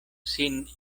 sin